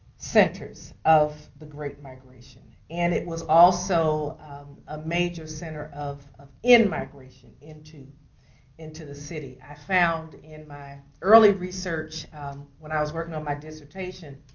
centers of the great migration. and it was also a major center of of migration into into the city. i found in my early research when i was working on my dissertation